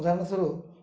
ଉଦାହରଣ ସ୍ୱରୂପ